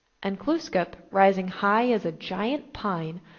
and glooskap, rising high as a giant pine,